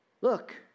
Look